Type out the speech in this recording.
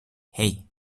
hey